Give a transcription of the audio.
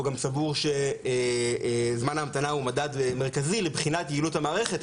הוא גם סבור שזמן ההמתנה הוא מדד מרכזי לבחינת יעילות המערכת,